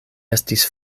estis